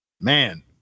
Man